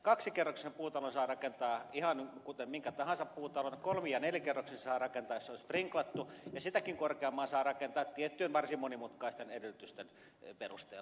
kaksikerroksisen puutalon saa rakentaa ihan kuten minkä tahansa puutalon kolmi ja nelikerroksisen saa rakentaa jos se on sprinklattu ja sitäkin korkeamman saa rakentaa tiettyjen varsin monimutkaisten edellytysten perusteella